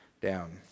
down